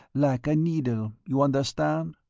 like a needle, you understand?